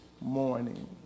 morning